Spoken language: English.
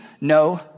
no